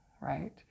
Right